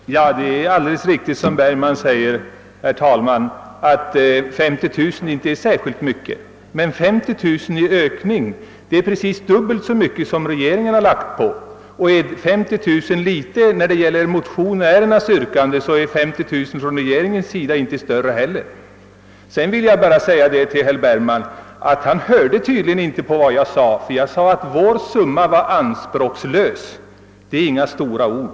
Herr talman! Det är alldeles riktigt som herr Bergman säger att 50 000 kronor inte är särskilt mycket, men 50 000 kronor i ökning är precis dubbelt så mycket som regeringen föreslagit. Är 50 000. kronor litet när det gäller motionärernas yrkande, så är det från regeringens sida inte mer heller. Herr Bergman hörde tydligen inte på vad jag sade, nämligen att vår summa är anspråkslös. Det är inga stora ord.